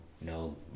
no